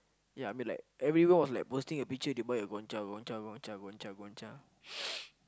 ya I mean like everyone was like posting a picture they buy a Gongcha Gongcha Gongcha Gongcha Gongcha